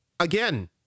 Again